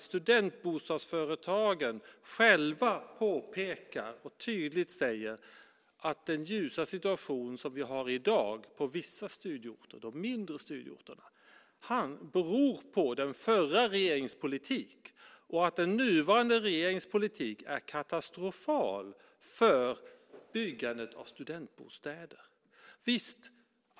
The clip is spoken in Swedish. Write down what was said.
Studentbostadsföretagen säger själva tydligt att den ljusa situation som vi har i dag på vissa studieorter, de mindre studieorterna, beror på den förra regeringens politik och att den nuvarande regeringens politik är katastrofal för byggandet av studentbostäder.